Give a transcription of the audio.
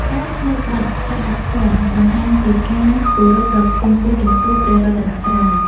ការស្មូតបទ សរភញ្ញ បង្ហាញពីការគោរពដ៏ខ្ពង់ខ្ពស់ចំពោះព្រះរតនត្រ័យ។